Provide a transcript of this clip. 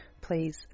please